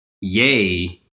yay